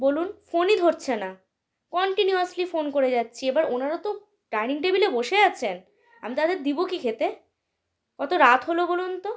বলুন ফোনই ধরছে না কন্টিনিউয়াসলি ফোন করে যাচ্ছি এবার ওনারা তো ডাইনিং টেবিলে বসে আছেন আমি তাদের দিব কি খেতে কত রাত হলো বলুন তো